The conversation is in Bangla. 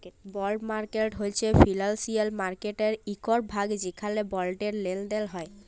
বল্ড মার্কেট হছে ফিলালসিয়াল মার্কেটের ইকট ভাগ যেখালে বল্ডের লেলদেল হ্যয়